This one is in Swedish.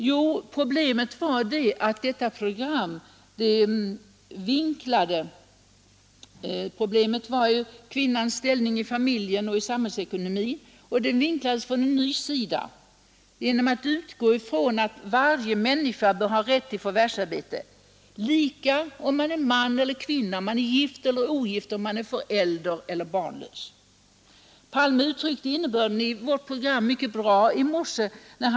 Jo, problemet — kvinnans ställning i familjen och i samhällsekonomin vinklades från en ny sida genom att man utgick ifrån att varje människa bör ha lika rätt till förvärvsarbete oavsett om man är man eller kvinna, gift eller ogift, förälder eller barnlös. Statsminister Palme uttryckte i morse mycket bra innebörden i vårt program.